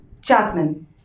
Jasmine